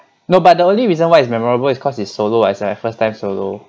no but the only reason why it's memorable is cause is solo as my first time solo